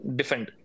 defend